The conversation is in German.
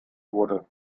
wurde